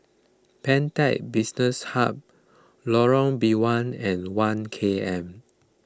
Pantech Business Hub Lorong Biawak and one K M